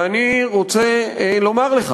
ואני רוצה לומר לך